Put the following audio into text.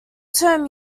term